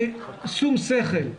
בשום שכל,